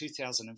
2005